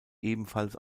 ebenfalls